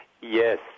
Yes